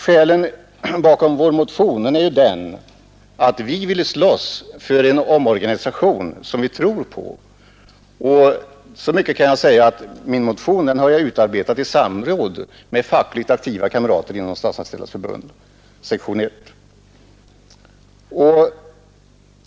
Skälet bakom vår motion har varit att vi ville slåss för en omorganisa tion som vi tror på, och jag kan säga att jag har utarbetat min motion i samråd med fackligt aktiva kamrater inom Statsanställdas förbund, sektion 1.